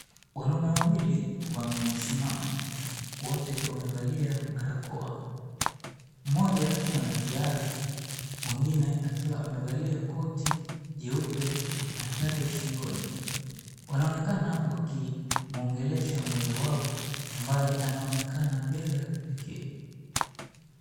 Wanaume wawili wamesimama wote wamevalia barakoa, mmoja akiwa na kihara mwingine akiwa amevalia koti jeupe na tai shingo, wanaonekana wakimwongelesha mmoja wao ambaye anaonekana bega pekee.